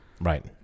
Right